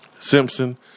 Simpson